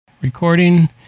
Recording